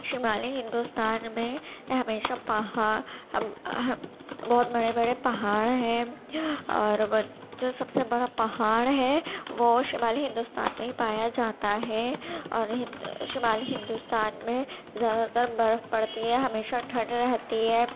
شمالی ہندوستان میں ہمیشہ پہاڑ بہت بڑے بڑے پہاڑ ہیں اور جو سب سے بڑا پہاڑ ہیں وہ شمالی ہندوستان میں ہی پایا جاتا ہے اور شمالی ہندوستان میں زیادہ تر برف پڑتی ہے ہمیشہ ٹھنڈ رہتی ہے